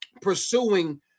pursuing